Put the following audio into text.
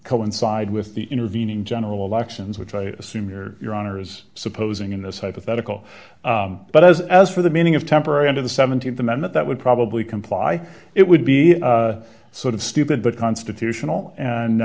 coincide with the intervening general elections which i assume your your honour's supposing in this hypothetical but as as for the meaning of temporary under the th amendment that would probably comply it would be sort of stupid but constitutional and